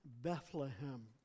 Bethlehem